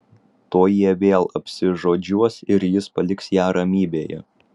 tuoj jie vėl apsižodžiuos ir jis paliks ją ramybėje